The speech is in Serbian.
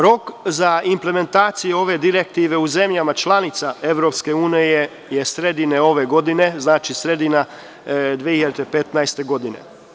Rok za implementaciju ove direktive u zemljama članicama EU je sredina ove godina, tj. sredina 2015. godine.